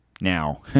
Now